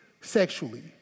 sexually